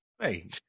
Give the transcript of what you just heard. Hey